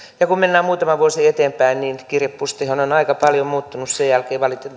ja kun mennään muutama vuosi eteenpäin niin kirjepostihan on aika paljon muuttunut sen jälkeen